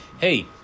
hey